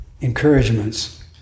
encouragements